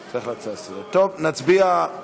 טוב, נצביע.